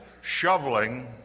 Shoveling